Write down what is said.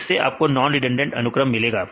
इससे आपको non redundant अनुक्रम मिलेगा